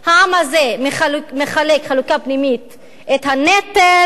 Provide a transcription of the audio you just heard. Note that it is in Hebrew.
העם הזה מחלק חלוקה פנימית את הנטל,